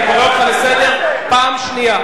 אדוני, אני קורא אותך לסדר פעם שנייה.